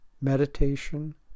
meditation